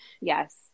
Yes